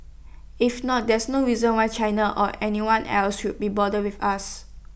if not there's no reason why China or anyone else should be bothered with us